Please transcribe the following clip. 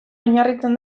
oinarritzen